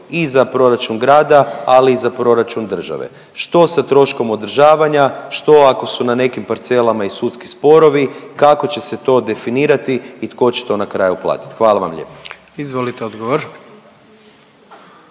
i za proračun grada ali i za proračun države. Što sa troškom održavanja? Što ako su na nekim parcelama i sudski sporovi? Kako će se to definirati i tko će to na kraju platit? Hvala vam lijepa. **Jandroković,